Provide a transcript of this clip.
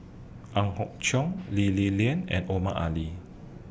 Ang Hock Chong Lee Li Lian and Omar Ali